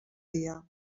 dia